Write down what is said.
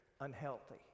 unhealthy